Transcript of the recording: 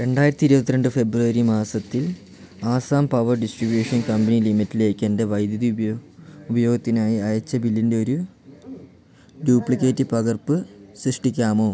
രണ്ടായിരത്തി ഇരുപത്തിരണ്ട് ഫെബ്രുവരി മാസത്തിൽ ആസാം പവർ ഡിസ്ട്രിബ്യൂഷൻ കമ്പനി ലിമിറ്റിലേക്കെൻ്റെ വൈദ്യുതി ഉപയോഗത്തിനായി അയച്ച ബില്ലിൻറ്റെ ഒരു ഡ്യൂപ്ലിക്കേറ്റ് പകർപ്പ് സൃഷ്ടിക്കാമോ